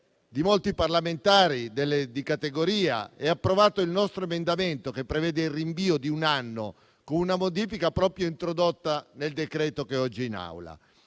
di molti parlamentari di categoria e ha approvato il nostro emendamento che prevede il rinvio di un anno, con una modifica introdotta nel decreto-legge oggi all'esame